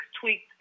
tweaked